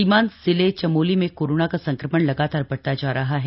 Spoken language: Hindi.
सीमांत जिले चमोली में कोरोना का संक्रमण बढ़ता जा रहा है